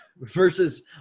versus